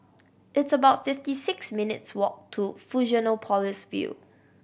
it's about fifty six minutes' walk to Fusionopolis View